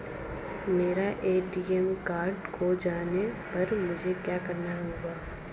मेरा ATM card खो जाने पर मुझे क्या करना होगा?